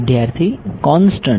વિદ્યાર્થી કોંસ્ટંટ